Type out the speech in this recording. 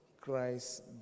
Christ